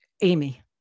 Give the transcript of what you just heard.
amy